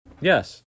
Yes